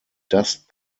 dust